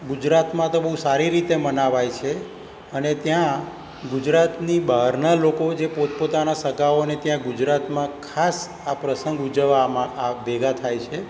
ગુજરતમાં તો બહુ સારી રીતે મનાવાય છે અને ત્યાં ગુજરાતની બહારના લોકો જે પોતપોતાના સગાઓને ત્યાં ગુજરાતમાં ખાસ આ પ્રસંગ ઉજવવામાં આ ભેગા થાય છે